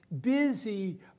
busy